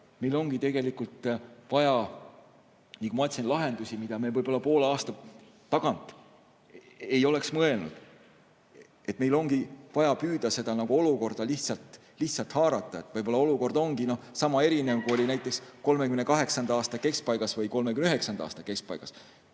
meil ongi tegelikult vaja, nagu ma ütlesin, lahendusi, millele me võib-olla poole aasta eest ei oleks mõelnud. Meil on vaja püüda seda olukorda lihtsalt haarata. Võib-olla olukord ongi sama erinev, kui see oli näiteks 1938. aasta keskpaigas ja 1939. aasta keskpaigas.